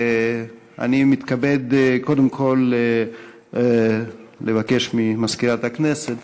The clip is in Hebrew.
אני מתכבד קודם כול לבקש ממזכירת הכנסת